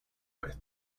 with